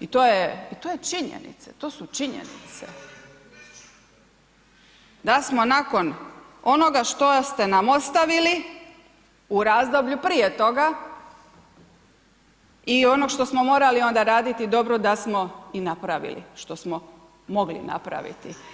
i to je, i to je činjenica, to su činjenice, da smo nakon onoga što ste nam ostavili u razdoblju prije toga i onog što smo morali onda raditi, dobro da smo i napravili što smo mogli napraviti.